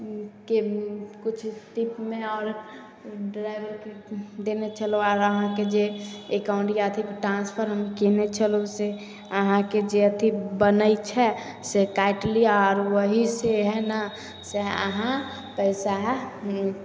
के किछु टिपमे आओर ड्राइवरके देने छलहुँ आर अहाँके जे एकाउन्ट यऽ अथीपर ट्रान्सफर हम कएने छलहुँ से अहाँके जे अथी बनै छै से काटि लिअऽ आओर वहीसे हइ ने से अहाँ पइसा